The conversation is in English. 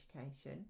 education